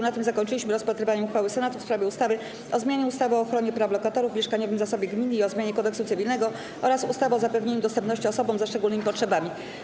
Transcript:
Na tym zakończyliśmy rozpatrywanie uchwały Senatu w sprawie ustawy o zmianie ustawy o ochronie praw lokatorów, mieszkaniowym zasobie gminy i o zmianie Kodeksu cywilnego oraz ustawy o zapewnianiu dostępności osobom ze szczególnymi potrzebami.